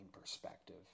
perspective